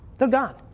they're gone.